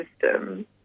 system